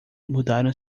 mudaram